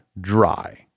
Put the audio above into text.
Dry